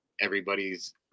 everybody's